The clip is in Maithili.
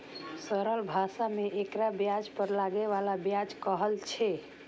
सरल भाषा मे एकरा ब्याज पर लागै बला ब्याज कहल छै